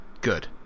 Good